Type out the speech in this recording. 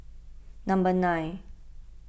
number nine